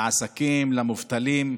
לעסקים, למובטלים,